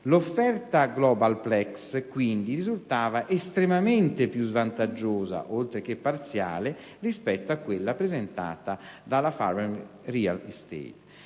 L'offerta Globalplex quindi risultava estremamente più svantaggiosa, oltre che parziale, rispetto a quella presentata dalla Farvem Real Estate.